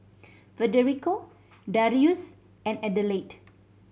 Federico Darrius and Adelaide